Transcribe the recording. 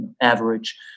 average